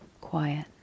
quiet